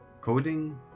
Coding